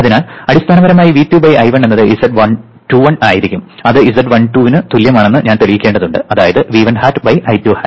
അതിനാൽ അടിസ്ഥാനപരമായി V2 I1 എന്നത് z21 ആയിരിക്കും അത് z12 ന് തുല്യമാണെന്ന് ഞാൻ തെളിയിക്കേണ്ടതുണ്ട് അതായത് V1 hat I2 hat